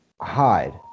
hide